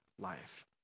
life